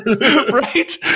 right